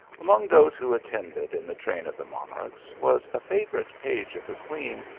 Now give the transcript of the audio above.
among those who attended in the train of the monarchs, was a favourite page of the queen,